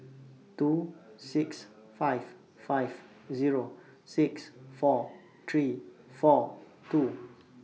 two six five five Zero six four three four two